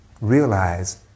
realize